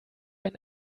ein